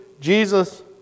Jesus